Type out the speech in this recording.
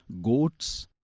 goats